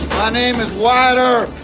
my name is leiter.